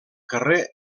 carrer